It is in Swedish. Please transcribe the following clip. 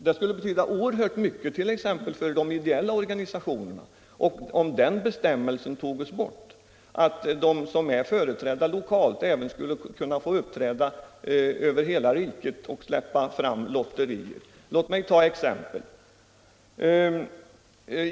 Det skulle betyda oerhört mycket t.ex. för de ideella organisationerna om man införde en ordning innebärande att lokalt företrädda organisationer även skulle kunna få tillstånd till lotterier med försäljning över hela riket. Låt mig ta ett exempel.